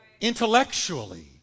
Intellectually